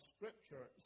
Scripture